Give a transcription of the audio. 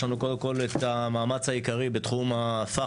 יש לנו קודם כל את המאמץ העיקרי בתחום הפח"ע,